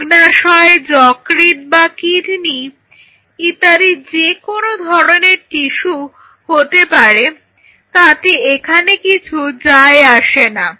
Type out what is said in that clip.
অগ্নাশয় যকৃৎ বা কিডনি ইত্যাদি কোনো ধরনের টিস্যু হতে পারে তাতে এখানে কিছু যায় আসে না